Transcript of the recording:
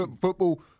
football